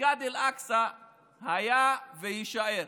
מסגד אל-אקצא היה ויישאר